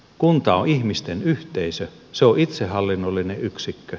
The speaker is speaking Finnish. kunta on ihmisten yhteisö se on itsehallinnollinen yksikkö